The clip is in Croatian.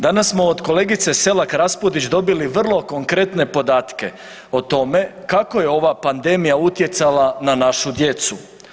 Danas smo od kolegice Selak Raspudić dobili vrlo konkretne podatke o tome kako je ova pandemija utjecala na našu djecu.